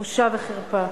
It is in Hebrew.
בושה וחרפה.